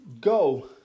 Go